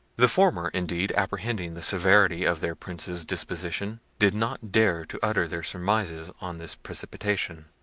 the former, indeed, apprehending the severity of their prince's disposition, did not dare to utter their surmises on this precipitation.